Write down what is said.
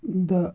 the